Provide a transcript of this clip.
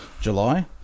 July